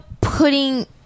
putting